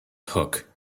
hook